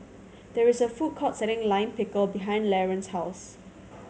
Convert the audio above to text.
there is a food court selling Lime Pickle behind Laron's house